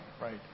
right